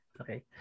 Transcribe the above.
okay